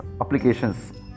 applications